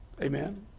Amen